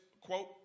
quote